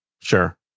sure